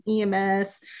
EMS